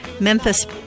Memphis